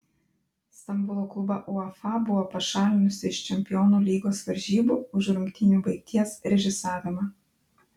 stambulo klubą uefa buvo pašalinusi iš čempionų lygos varžybų už rungtynių baigties režisavimą